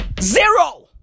Zero